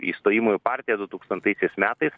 įstojimo į partiją du tūkstantaisiais metais